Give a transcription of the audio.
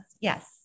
Yes